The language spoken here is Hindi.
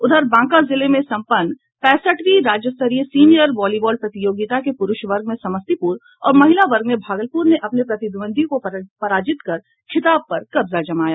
उधर बांका जिले में सम्पन्न पैंसठवीं राज्यस्तरीय सीनियर वॉलीबॉल प्रतियोगिता के पुरूष वर्ग में समस्तीपुर और महिला वर्ग में भागलपुर ने अपने प्रतिदंद्वियों को पराजित कर खिताब पर कब्जा जमाया